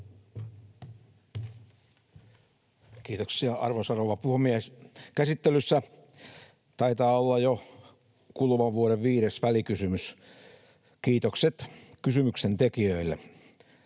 Kiitoksia, arvoisa rouva puhemies! Käsittelyssä taitaa olla jo kuluvan vuoden viides välikysymys, kiitokset kysymyksen tekijöille.